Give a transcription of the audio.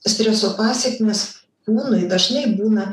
streso pasekmės kūnui dažnai būna